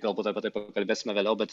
galbūt apie tai pakalbėsime vėliau bet